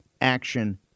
action